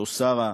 אחותו שרה,